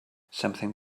something